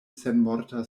senmorta